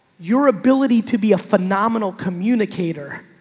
your ability to be a phenomenal communicator.